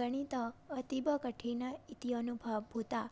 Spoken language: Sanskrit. गणितम् अतीव कठिनः इति अनुभवभूता